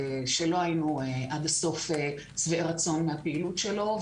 שלא היינו עד הסוף שבעי רצון מהפעילות שלו.